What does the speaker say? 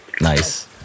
Nice